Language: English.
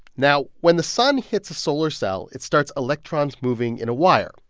now, when the sun hits a solar cell, it starts electrons moving in a wire.